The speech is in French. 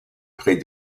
près